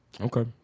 Okay